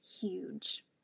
huge